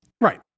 Right